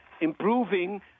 improving